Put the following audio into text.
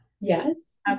Yes